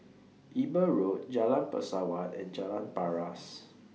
Eber Road Jalan Pesawat and Jalan Paras